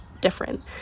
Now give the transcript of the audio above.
different